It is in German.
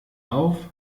auf